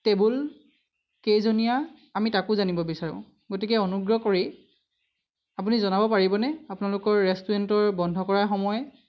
table কেইজনীয়া আমি তাকো জানিব বিচাৰোঁ গতিকে অনুগ্ৰহ কৰি আপুনি জনাব পাৰিব নে আপোনালোকৰ ৰেষ্টুৰেণ্টৰ বন্ধ কৰা সময়